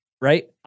right